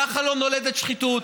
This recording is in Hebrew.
ככה לא נולדת שחיתות.